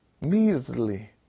measly